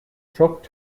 truck